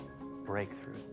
breakthrough